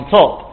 top